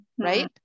Right